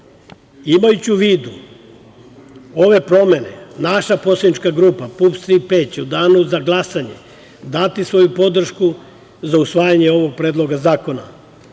zakona. Imajući u vidu ove promene, naša poslanička grupa PUPS – „Tri P“, će u danu za glasanje dati svoju podršku za usvajanje ovog predloga zakona.